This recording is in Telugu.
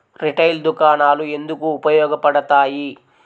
రిటైల్ దుకాణాలు ఎందుకు ఉపయోగ పడతాయి?